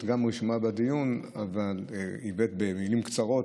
את גם רשומה בדיון אבל הבעת במילים קצרות,